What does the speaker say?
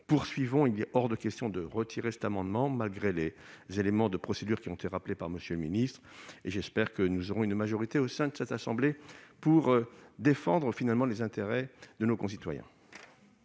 Il est donc hors de question de retirer cet amendement, malgré les éléments de procédure qui ont été rappelés par M. le secrétaire d'État. J'espère que nous réunirons une majorité au sein de cette assemblée pour défendre les intérêts de nos concitoyens.